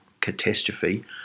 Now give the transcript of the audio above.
catastrophe